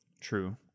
True